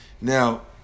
Now